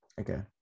Okay